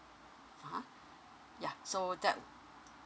(uh huh) yeah so that